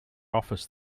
office